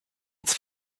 its